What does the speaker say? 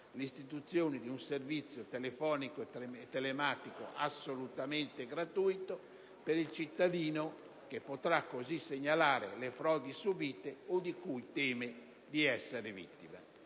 1'istituzione di un servizio telefonico e telematico assolutamente gratuito per il cittadino - ciò è molto importante - che potrà così segnalare le frodi subite o di cui teme di essere vittima.